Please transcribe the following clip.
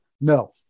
No